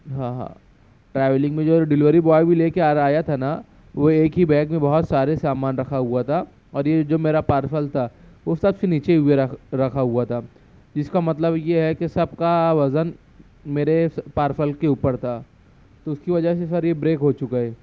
ہاں ہاں ٹریولنگ میں جو ڈلیوری بوائے بھی لے کے آج آیا تھا نا وہ ایک ہی بیگ میں بہت سارے سامان رکھا ہوا تھا اور یہ جو میرا پارسل تھا وہ سب سے نیچے ہوئے رکھ رکھا ہوا تھا اس کا مطلب یہ ہے کہ سب کا وزن میرے پارسل کے اوپر تھا تو اس کی وجہ سے سر یہ بریک ہو چکا ہے